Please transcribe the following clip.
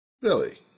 Billy